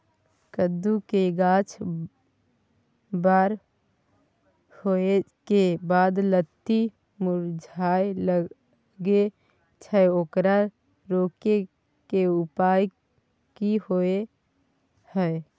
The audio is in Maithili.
कद्दू के गाछ बर होय के बाद लत्ती मुरझाय लागे छै ओकरा रोके के उपाय कि होय है?